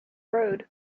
road